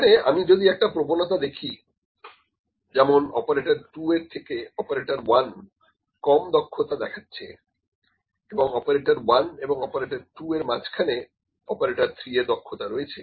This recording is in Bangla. এখানে আমি যদি একটা প্রবণতা দেখি যেমন অপারেটর 2 এর থেকে অপারেটর 1 কম দক্ষতা দেখাচ্ছে এবং অপারেটর 1 ও অপারেটর 2 এর মাঝখানে অপারেটর 3 এর দক্ষতা রয়েছে